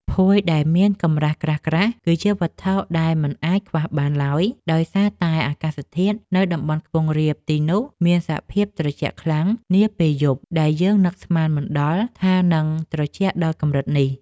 ភួយដែលមានកម្រាស់ក្រាស់ៗគឺជាវត្ថុដែលមិនអាចខ្វះបានឡើយដោយសារតែអាកាសធាតុនៅតំបន់ខ្ពង់រាបទីនោះមានសភាពត្រជាក់ខ្លាំងនាពេលយប់ដែលយើងនឹកស្មានមិនដល់ថានឹងត្រជាក់ដល់កម្រិតនេះ។